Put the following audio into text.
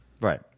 Right